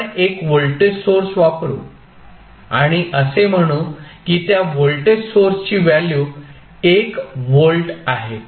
आपण एक voltage source वापरू आणि असे म्हणू की त्या व्होल्टेज सोर्सची व्हॅल्यू 1 व्होल्ट आहे